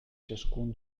ciascun